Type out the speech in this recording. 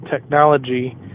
technology